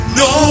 no